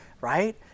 right